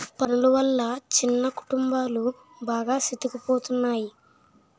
పన్నులు వల్ల చిన్న కుటుంబాలు బాగా సితికిపోతున్నాయి